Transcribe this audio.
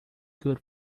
good